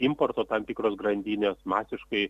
importo tam tikros grandinės masiškai